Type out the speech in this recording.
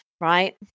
right